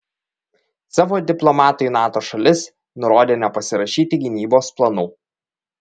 savo diplomatui nato šalis nurodė nepasirašyti gynybos planų